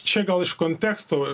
čia gal iš konteksto